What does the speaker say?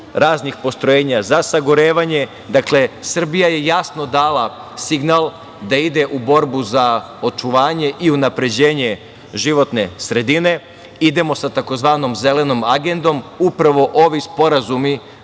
raznih postrojenja za sagorevanje. Dakle, Srbija je jasno dala signal da ide u borbu za očuvanje i unapređenje životne sredine. Idemo sa tzv. Zelenom agendom. Upravo ovi sporazumi